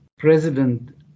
president